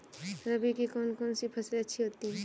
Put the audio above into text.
रबी की कौन कौन सी फसलें होती हैं?